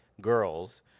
girls